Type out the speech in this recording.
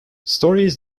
stories